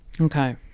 Okay